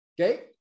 Okay